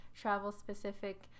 travel-specific